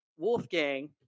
Wolfgang